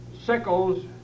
Sickles